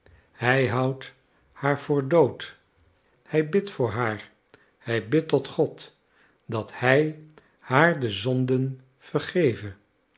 hij houdt haar voor dood hij bidt voor haar hij bidt tot god dat hij haar de zonden vergeve